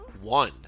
one